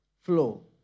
flow